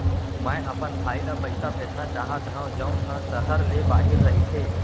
मै अपन भाई ला पइसा भेजना चाहत हव जऊन हा सहर ले बाहिर रहीथे